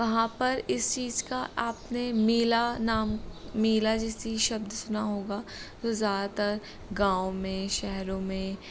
वहाँ पर इस चीज़ का आपने मेला नाम मेला जैसे शब्द सुना होगा जो ज़्यादातर गाँव में शहरों में